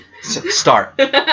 Start